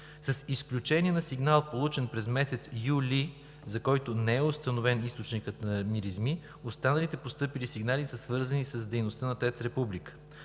С изключение на сигнал, получен през месец юли, за който не е установен източникът на миризми, останалите постъпили сигнали са свързани с дейността на ТЕЦ „Република“.